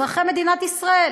אזרחי מדינת ישראל,